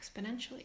exponentially